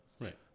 Right